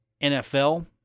NFL